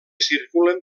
circulen